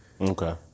Okay